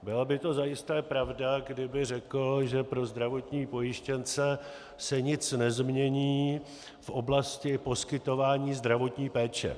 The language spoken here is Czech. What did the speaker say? Byla by to zajisté pravda, kdyby řekl, že pro zdravotní pojištěnce se nic nezmění v oblasti poskytování zdravotní péče.